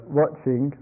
watching